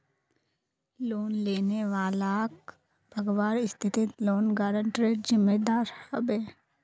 loan लेने वालाक भगवार स्थितित लोन गारंटरेर जिम्मेदार ह बे